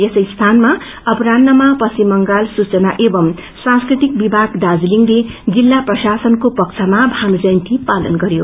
यसै स्वानमा अपरान्हमा पश्चिम बांगल सुचना एवं सांस्कृतिक विमाग दार्जीलिङले जिल्ल प्रशासनको पक्षामा भानु जयन्ती पालन गरयो